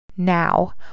Now